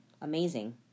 Amazing